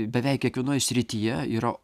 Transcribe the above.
beveik kiekvienoj srityje yra